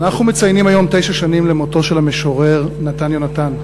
אנחנו מציינים היום תשע שנים למותו של המשורר נתן יונתן.